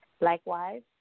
Likewise